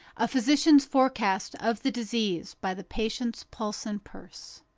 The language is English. a physician's forecast of the disease by the patient's pulse and purse.